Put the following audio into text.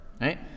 right